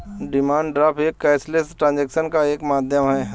demand draft एक cashless transaction का एक माध्यम है